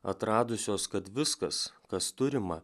atradusios kad viskas kas turima